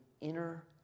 inner